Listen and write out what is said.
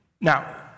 Now